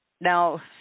Now